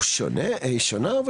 הן שונות?